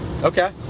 Okay